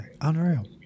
unreal